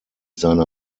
seine